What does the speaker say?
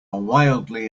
wildly